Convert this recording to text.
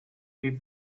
gave